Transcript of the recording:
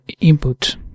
input